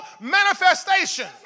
manifestation